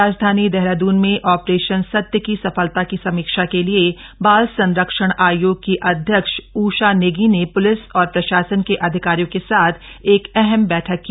राजधानी देहरादून में ऑपरेशन सत्य की सफलता की समीक्षा के लिए बाल संरक्षण आयोग की अध्यक्ष उषा नेगी ने पुलिस और प्रशासन के अधिकारियों के साथ एक अहम बैठक की